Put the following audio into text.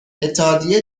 اتحادیه